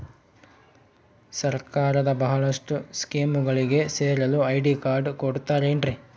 ಸರ್ಕಾರದ ಬಹಳಷ್ಟು ಸ್ಕೇಮುಗಳಿಗೆ ಸೇರಲು ಐ.ಡಿ ಕಾರ್ಡ್ ಕೊಡುತ್ತಾರೇನ್ರಿ?